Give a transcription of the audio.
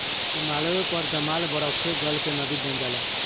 हिमालय पर जामल बरफवे गल के नदी बन जाला